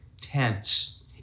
tense